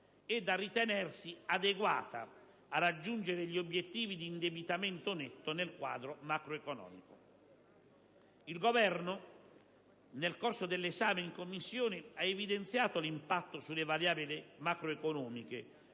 è da ritenersi adeguata a raggiungere gli obiettivi di indebitamento netto nel quadro macroeconomico. Il Governo, nel corso dell'esame in Commissione, ha evidenziato l'impatto sulle variabili macroeconomiche,